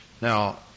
Now